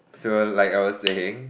so like I was saying